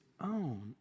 own